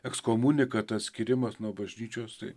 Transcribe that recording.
ekskomunika tas atskyrimas nuo bažnyčios tai